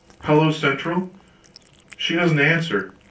hello-central. she doesn't answer.